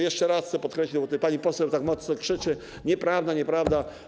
Jeszcze raz chcę to podkreślić, bo tutaj pani poseł tak mocno krzyczy: Nieprawda, nieprawda.